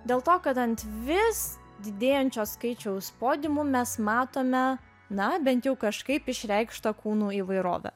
dėl to kad ant vis didėjančio skaičiaus podiumų mes matome na bent jau kažkaip išreikštą kūno įvairovę